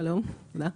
שלום, תודה,